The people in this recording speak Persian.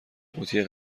قوطی